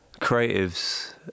creatives